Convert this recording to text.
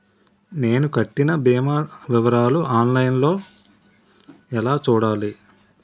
నేను కట్టిన భీమా వివరాలు ఆన్ లైన్ లో ఎలా చూడాలి?